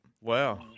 wow